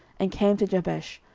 and came to jabesh,